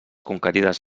conquerides